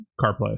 CarPlay